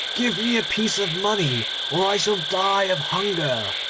give me a piece of money or i shall die of hunger